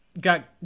got